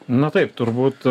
na taip turbūt